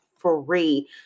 free